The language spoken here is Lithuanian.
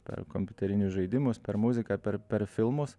per kompiuterinius žaidimus per muziką per per filmus